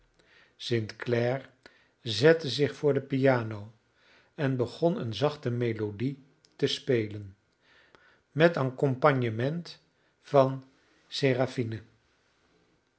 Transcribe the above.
clare zette zich voor de piano en begon een zachte melodie te spelen met accompagnement van seraphine